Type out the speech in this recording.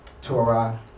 Torah